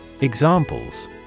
Examples